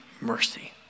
mercy